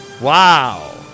Wow